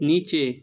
নিচে